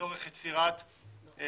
לצורך יצירת אולי